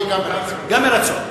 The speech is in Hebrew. גם מרצון, גם מרצון.